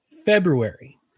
february